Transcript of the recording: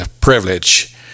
privilege